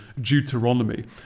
Deuteronomy